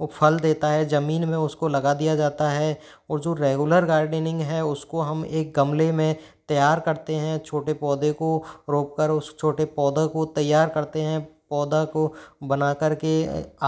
वो फ़ल देता है जमीन में उसको लगा दिया जाता है और जो रेगुलर गार्डनिंग है उसको हम एक गमले में तैयार करते हैं छोटे पौधे को रोपकर उस छोटे पौधों को तैयार करते हैं पौधा को बनाकर के